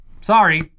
Sorry